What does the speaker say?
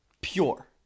Pure